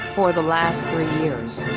for the last three years?